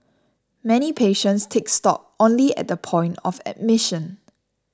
many patients take stock only at the point of admission